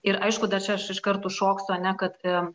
ir aišku dar čia aš iš karto šoksiu ane kad em